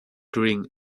during